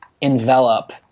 envelop